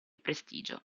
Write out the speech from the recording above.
prestigio